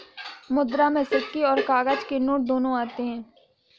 मुद्रा में सिक्के और काग़ज़ के नोट दोनों आते हैं